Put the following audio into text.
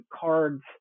cards